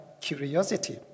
curiosity